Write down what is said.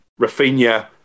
Rafinha